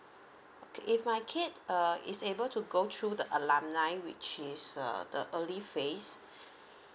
okay if my kid uh is able to go through the alumni which is a the early phase